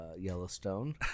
Yellowstone